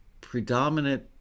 predominant